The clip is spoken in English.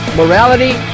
morality